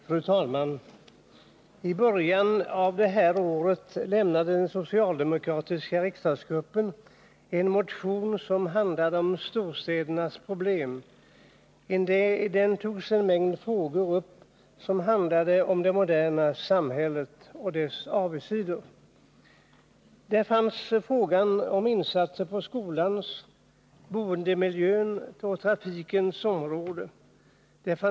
Fru talman! I början av detta år inlämnade den socialdemokratiska riksdagsgruppen en motion som handlade om storstädernas problem. I den togs en mängd frågor upp om det moderna samhället och dess avigsidor. Där ingick frågor om insatser på skolans, boendemiljöns och trafikens områden.